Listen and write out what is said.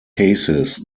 cases